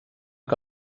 que